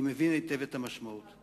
אני מבין היטב את המשמעות,